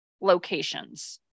locations